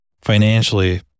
financially